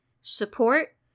support